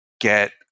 get